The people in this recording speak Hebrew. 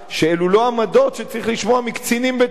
לא עמדות שצריך לשמוע מקצינים בצה"ל.